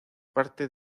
parte